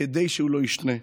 כדי שהוא לא יישנה.